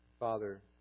Father